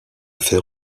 faire